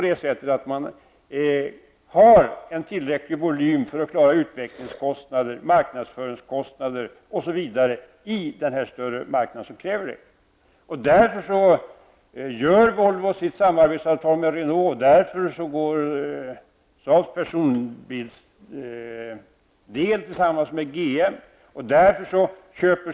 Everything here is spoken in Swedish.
De vill ha tillräcklig volym för att klara utvecklingskostnader, marknadsföringskostnader m.m. som krävs på den större marknaden. Därför träffar Volvo ett samarbetsavtal med Renault, Saabs personbilsdel går ihop med GM.